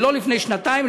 ולא לפני שנתיים,